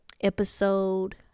episode